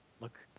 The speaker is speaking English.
look